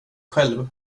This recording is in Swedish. själv